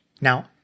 Now